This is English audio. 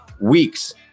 weeks